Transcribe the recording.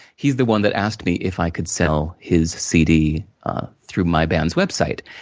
he's the one that asked me if i could sell his cd through my band's website.